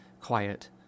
quiet